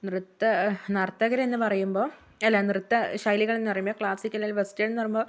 നൃത്ത നർത്തകർ എന്ന് പറയുമ്പോൾ അല്ല നൃത്തശൈലികൾ എന്ന് പറയുമ്പോൾ ക്ലാസിക്കൽ അല്ല വെസ്റ്റേൺ എന്ന് പറയുമ്പോൾ